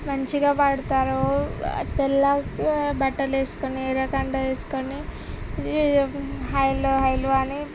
మంచిగా పాడతారు తెల్లటి బట్టలేసుకుని ఎర్ర కండువ వేసుకొని ఈ హైలు హైలు అని